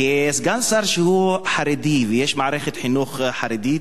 כסגן שר שהוא חרדי, ויש מערכת חינוך חרדית: